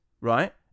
right